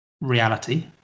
reality